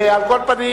על כל פנים,